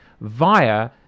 via